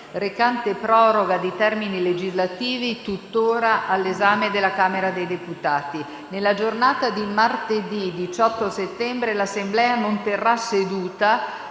recante proroga di termini legislativi, tuttora all'esame della Camera dei deputati. Nella giornata di martedì 18 settembre l'Assemblea non terrà seduta